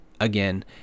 again